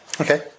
Okay